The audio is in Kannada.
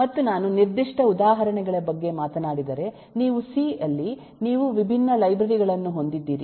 ಮತ್ತು ನಾನು ನಿರ್ದಿಷ್ಟ ಉದಾಹರಣೆಗಳ ಬಗ್ಗೆ ಮಾತನಾಡಿದರೆ ನೀವು ಸಿ ಯಲ್ಲಿ ನೀವು ವಿಭಿನ್ನ ಲೈಬ್ರರಿ ಗಳನ್ನು ಹೊಂದಿದ್ದೀರಿ